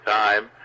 time